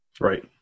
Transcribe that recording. Right